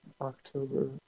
October